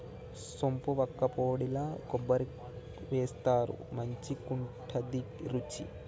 సోంపు వక్కపొడిల కొబ్బరి వేస్తారు మంచికుంటది రుచి